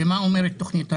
ומה אומרת תוכנית ההבראה,